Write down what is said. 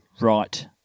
right